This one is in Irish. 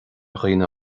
dhaoine